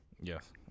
Yes